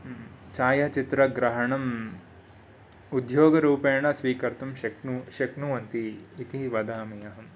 छायाचित्रग्रहणम् उद्योगरूपेण स्वीकर्तुं शक्नु शक्नुवन्ति इति वदामि अहम्